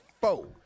four